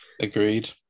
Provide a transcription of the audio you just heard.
agreed